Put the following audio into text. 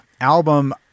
album